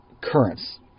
currents